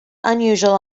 unusual